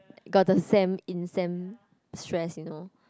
got the sem in sem stress you know